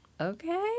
okay